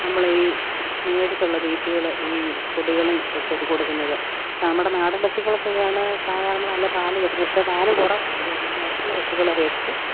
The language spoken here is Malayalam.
നമ്മളീ മേടിച്ചുള്ള തീറ്റകള് ഈ പൊടികളും ഒക്കെ കൊടുക്കുന്നത് നമ്മുടെ നാടൻ പശുക്കൾക്കൊക്കെയാണ് സാധാരണ നല്ല പാല് കിട്ടുന്നത് പക്ഷേ പാല് കുറവായിരിക്കും അതങ്ങ് മറ്റുള്ള പശുക്കളെ അപേക്ഷിച്ച്